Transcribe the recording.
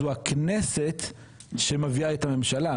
זו הכנסת שמביאה את הממשלה.